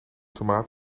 tomaat